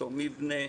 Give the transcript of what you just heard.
אותו מבנה,